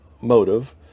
motive